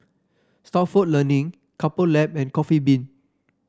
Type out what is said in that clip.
Stalford Learning Couple Lab and Coffee Bean